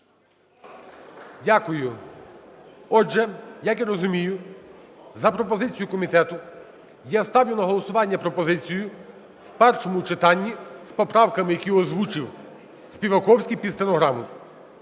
Дякую. Отже, як я розумію, за пропозицією комітету я ставлю на голосування пропозицію в першому читанні з поправками, які озвучив Співаковський під стенограму.